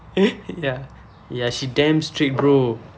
ya ya she damn strict bro